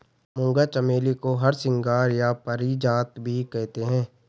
मूंगा चमेली को हरसिंगार या पारिजात भी कहते हैं